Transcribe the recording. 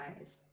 eyes